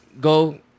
go